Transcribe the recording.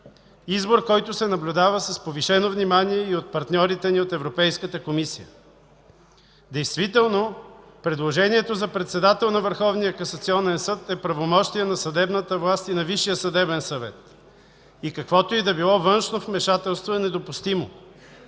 избор, който се наблюдава с повишено внимание и от партньорите ни от Европейската комисия. Действително предложението за председател на Върховния касационен съд е правомощие на съдебната власт и на Висшия съдебен съвет и каквото и да било външно вмешателство е недопустимо.